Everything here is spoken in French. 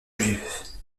juifs